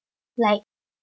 like